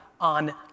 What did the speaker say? on